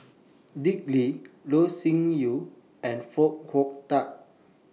Dick Lee Loh Sin Yun and Foo Hong Tatt